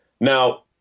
Now